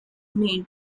made